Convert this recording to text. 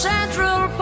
Central